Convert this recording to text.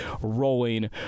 rolling